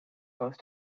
both